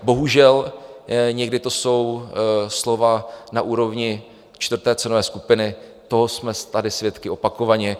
Bohužel někdy to jsou slova na úrovni čtvrté cenové skupiny, toho jsme tady svědky opakovaně.